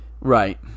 Right